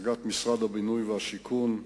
הצגת משרד הבינוי והשיכון.